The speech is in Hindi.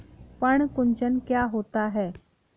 पर्ण कुंचन क्या होता है?